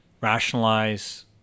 rationalize